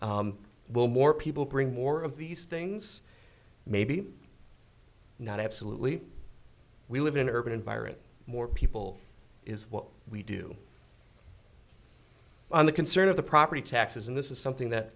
removal will more people bring more of these things maybe not absolutely we live in urban environment more people is what we do on the concern of the property taxes and this is something that